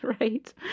Right